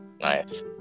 nice